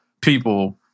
people